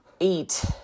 eight